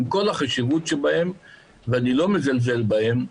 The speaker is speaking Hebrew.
עם כל החשיבות שלהן ואני לא מזלזל בהן,